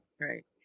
Right